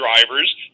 drivers